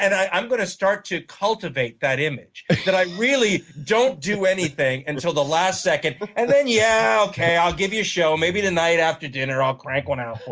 and i'm going to start to cultivate that image. that i really don't do anything and until the last second. and then yeah, okay, i'll give you a show. maybe tonight after dinner i'll crank one out for